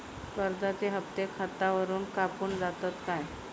कर्जाचे हप्ते खातावरून कापून जातत काय?